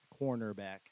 cornerback